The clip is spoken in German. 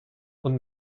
und